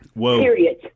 Period